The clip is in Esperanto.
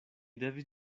devis